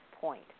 point